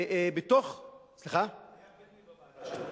היה בדואי בוועדה שלו.